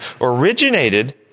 originated